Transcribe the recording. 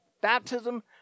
baptism